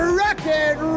rocket